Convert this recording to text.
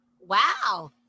wow